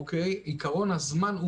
עקרון הזמן,